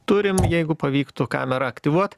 turime jeigu pavyktų kamerą aktyvuot